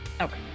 Okay